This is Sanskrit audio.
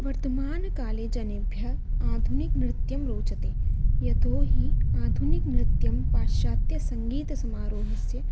वर्तमानकाले जनेभ्यः आधुनिकनृत्यं रोचते यतोऽहि आधुनिकनृत्यं पाश्चात्यसङ्गीतसमारोहस्य